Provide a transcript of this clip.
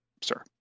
sir